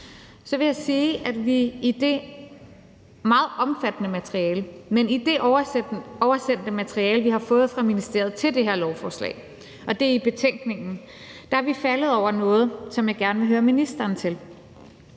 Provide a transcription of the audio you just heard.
Så vil jeg sige, at vi i det meget omfattende materiale – i det oversendte materiale, vi har fået fra ministeriet til det her lovforslag – og det er i betænkningen, er faldet over noget, som jeg gerne vil høre ministeren om.